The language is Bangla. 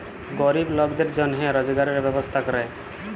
গরিব লকদের জনহে রজগারের ব্যবস্থা ক্যরে